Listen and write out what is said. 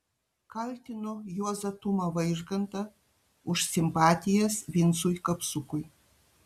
kaltino juozą tumą vaižgantą už simpatijas vincui kapsukui